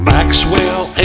Maxwell